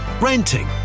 renting